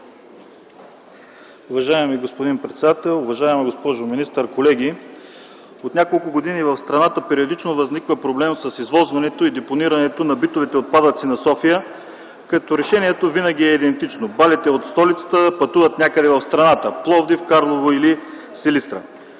Уважаеми господин председател, уважаема госпожо министър, колеги! От няколко години в страната периодично възниква проблемът с извозването и депонирането на битовите отпадъци на София, като решението винаги е идентично – балите от столицата пътуват някъде в страната, в Пловдив, в Карлово или в Силистра.